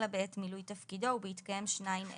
אלא בעת מילוי תפקידו ובהתקיים שניים אלה: